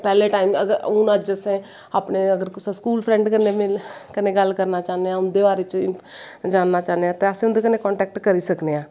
पैह्लै टाईम हून असैं अगर अपने स्कूल फ्रैंड कन्नै मिलन कन्नै गल्ल करन चाह्ने आं उंदे बारे च जानना चाह्नें आं ते अस उंदे कन्नै कंटैक्ट करी सकने आं